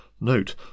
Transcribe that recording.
Note